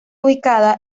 ubicada